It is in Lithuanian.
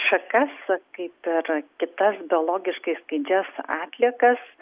šakas kaip ir kitas biologiškai skaidžias atliekas